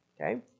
Okay